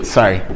Sorry